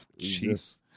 jeez